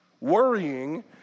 Worrying